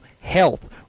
Health